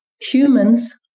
Humans